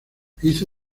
hizo